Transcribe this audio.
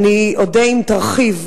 אודה אם תרחיב.